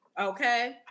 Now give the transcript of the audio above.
Okay